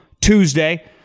Tuesday